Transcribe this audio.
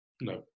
No